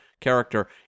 character